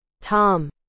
Tom